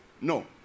No